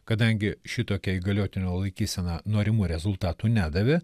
kadangi šitokia įgaliotinio laikysena norimų rezultatų nedavė